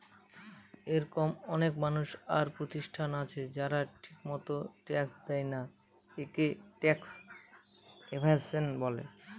এরকম অনেক মানুষ আর প্রতিষ্ঠান আছে যারা ঠিকমত ট্যাক্স দেয়না, এটাকে ট্যাক্স এভাসন বলে